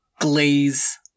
glaze